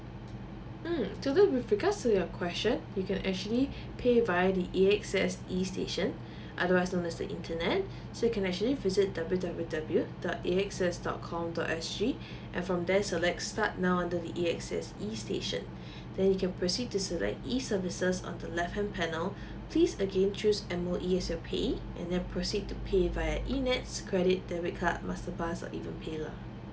mm so there with regards to your question you can actually pay via the A_X_S E station otherwise known as the internet so you can actually visit W W W dot A_X_S dot com dot S G and from there select start now under the A_X_S E station then you can proceed to select E services on the left hand panel please again choose M_O_E as your payee and then proceed to pay via eNETS credit debit card master pass or even paylah